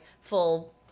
full